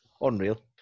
Unreal